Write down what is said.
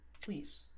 Please